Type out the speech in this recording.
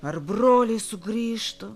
ar broliai sugrįžtų